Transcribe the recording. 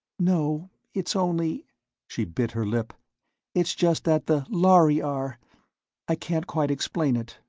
no, it's only she bit her lip it's just that the lhari are i can't quite explain it.